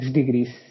Degrees